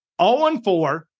0-4